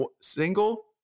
single